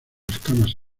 escamas